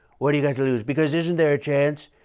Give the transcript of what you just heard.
what do you got to lose? because isn't there a chance?